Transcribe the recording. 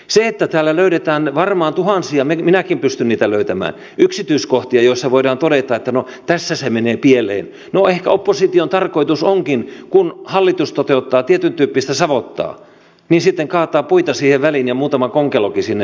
se että täällä löydetään varmaan tuhansia minäkin pystyn niitä löytämään yksityiskohtia joissa voidaan todeta että no tässä se menee pieleen niin ehkä opposition tarkoitus onkin kun hallitus toteuttaa tietyntyyppistä savottaa sitten kaataa puita siihen väliin ja muutama konkelokin sinne vielä pyörimään